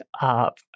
up